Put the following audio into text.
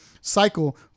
cycle